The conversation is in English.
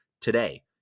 today